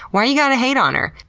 why you gotta hate on her?